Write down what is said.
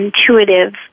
intuitive